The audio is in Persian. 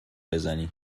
بزنی